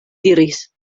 diris